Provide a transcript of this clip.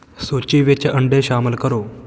ਸੂਚੀ ਵਿੱਚ ਅੰਡੇ ਸ਼ਾਮਲ ਕਰੋ